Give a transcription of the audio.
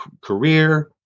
career